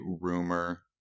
rumor